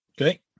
Okay